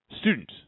Student